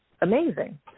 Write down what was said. amazing